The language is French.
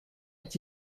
est